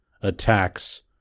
attacks